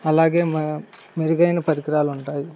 అలాగే మ మెరుగైన పరికరాలు ఉంటాయి